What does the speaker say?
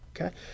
okay